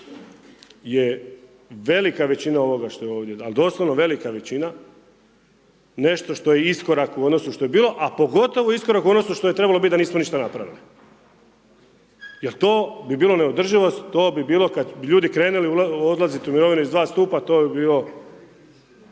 je velika većina ovoga što je ovdje, ali doslovno velika većina nešto što je iskorak u odnosu što je bilo, a pogotovo iskorak u odnosu što je trebalo biti da nismo ništa napravili. Jer to bi bilo neodrživost, to bi bilo kad bi ljudi krenuli odlazit u mirovinu iz dva stupa, to bi bio,